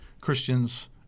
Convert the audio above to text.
Christian's